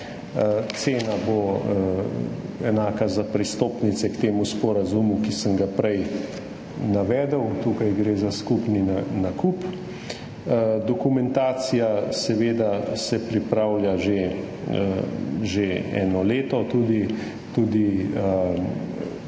Cena bo enaka za pristopnice k temu sporazumu, ki sem ga prej navedel. Tukaj gre za skupni nakup. Dokumentacija se seveda pripravlja že eno leto.